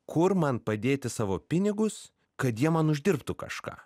kur man padėti savo pinigus kad jie man uždirbtų kažką